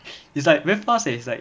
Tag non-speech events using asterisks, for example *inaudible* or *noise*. *breath* it's like very fast leh it's like